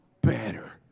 better